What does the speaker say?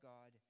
God